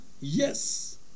yes